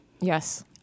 Yes